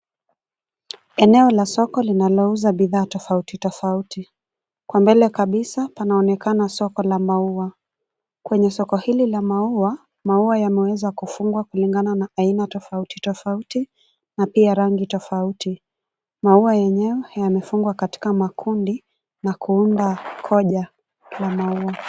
Eneo la soko linalouza bidhaa tofauti tofauti. Kwa mbele kabisa panaonekana soko la maua. Kwenye soko hili la maua, maua yameweza kufungwa kulingana na aina tofauti tofauti na pia rangi tofauti. Maua yenyewe yamefungwa katika makundi na kuunda koja la maua.